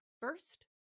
First